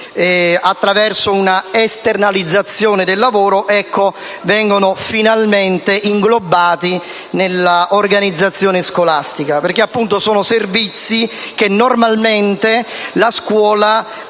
attraverso un'esternalizzazione del lavoro, vengano finalmente inglobati nell'organizzazione scolastica. Sono appunto servizi che normalmente la scuola